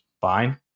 fine